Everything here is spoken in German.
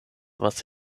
was